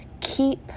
keep